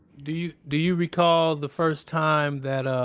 do you do you recall the first time that ah